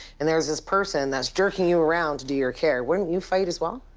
and there's this person that's jerking you around to do your care. wouldn't you fight as well?